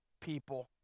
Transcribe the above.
people